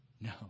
No